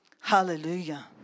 Hallelujah